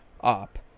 up